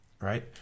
right